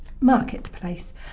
Marketplace